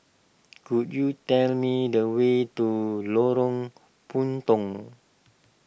could you tell me the way to Lorong Puntong